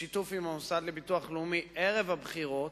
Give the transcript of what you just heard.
בשיתוף עם המוסד לביטוח לאומי ערב הבחירות,